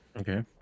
Okay